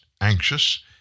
anxious